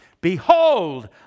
Behold